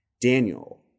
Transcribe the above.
Daniel